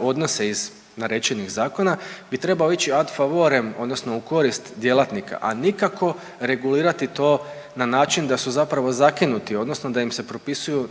odnose iz rečenih zakona bi trebao ići ad favorem odnosno u korist djelatnika, a nikako regulirati to na način da su zapravo zakinuti odnosno da im se propisuju